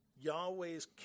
Yahweh's